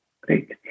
Great